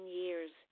years